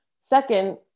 Second